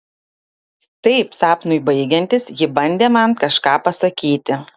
taip sapnui baigiantis ji bandė man kažką pasakyti